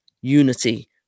unity